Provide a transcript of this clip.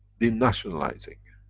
in nationalizing.